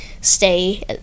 stay